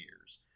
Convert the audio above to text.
years